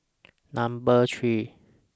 Number three